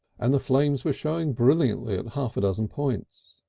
and the flames were showing brilliantly at half a dozen points.